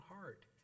heart